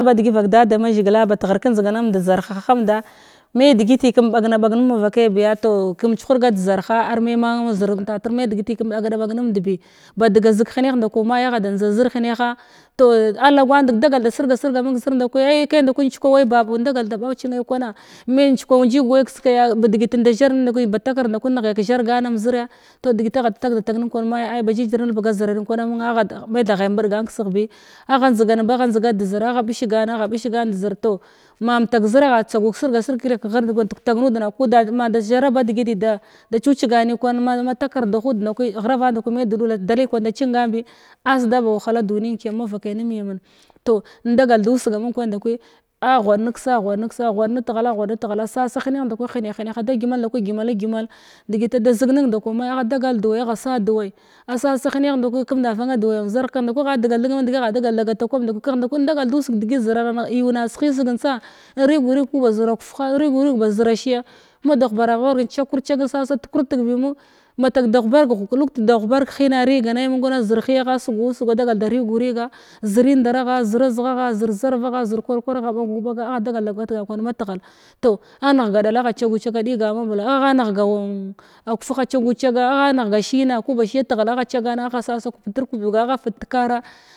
Ka dadama zagla balghir ka njzganad da zarhahamda may dzgzli kum ɓag naɓag numd mava kay biya tow kum tsuhurgara da zarha ar may ma zəra takəy ar may na dəgəti kum ɓag naɓag nəmdhi badgazig hənah nda kəy may agha da njzid ka zər hənah tow a lagwan dəg dagal da sirga-sirga amən ki zəra ndakəy ay kay ndakəy njzkwa may baba indagal da baw nay chimay kwana may njzkwa njəg way kiskayya baba dəgət da zarg nay kwana ba takard ndakwanəy in nghay ka zargan am zəra tow dəgət agha da tag-datag nən kwana mayya ba jəgir na labga zərarən kwana mənga agha matha gha mbudgan ksəhbi agha njzgan ba gha njzgan da zəra agha ɓisganna agha ɓisgan da zəra tow ma matala zəraha tsagu ka sirga-sirg kə zərda gatag nudna’a ko dad ma zara badəy da tsiganən kwan matarda hudd ndakəy ghravan ndakəy da chingabi asa ba wahaha donən kəyam mavakay nəməyam na tow indagal da usga mən kwan ndakəy ar ghwad naksay ghwad maksay, ghrad na-tahala, sasa hənah ndakəy hənah-hənah ada gymal ndakəy gymalogymal, dəgət da zəgnən ndakəy kumda van da waya am zərah kean kəh ndakəy agha dagal da gata kwaɓ ndakəy kəh ndakəy indagal da usg dəgəy zəraməng yuna ashəsəgən tsa in ragu rəg ku zəra akfuha in rəgu rəg baz zəra shəya mada huɓara bag inchagkur chag insasa da tukur dəgbinəy matak da ghubag luki da ghibarg hina a rəga nəy zərhəyka agha rəgana amən kwana zər həyaha sughu suga adagal da rəgu-zəga zər indaragha, zər zarvagha, zər kwar-kwar, agha ɓagu-ɓaga, agha dagal da gatgan kwan mat-ghal tow anəhga ɗala agha chagu-chag. ɗygan ma-mbla agha nəlga a kufuha a chagu-chag agha nagha shina ku ba shiyya taghal agha chagan agha sasa kuɓtir kubga agha fit takara.